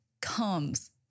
comes